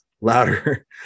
louder